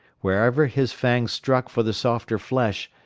wherever his fangs struck for the softer flesh,